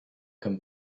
comme